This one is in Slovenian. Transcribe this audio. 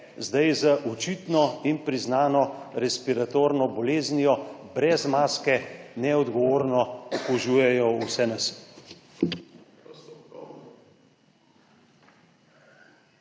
sedaj z očitno in priznano respiratorno boleznijo brez maske neodgovorno okužujejo vse nas.